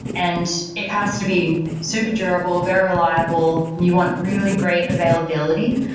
and it has to be super durable, very reliable. you want really great availability.